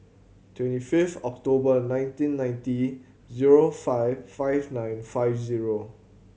twenty fifth October nineteen ninety zero five five nine five zero